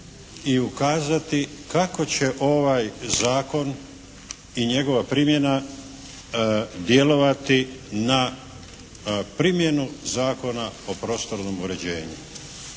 i ukazati kako će ovaj Zakon i njegova primjena djelovati na primjenu Zakona o prostornom uređenju,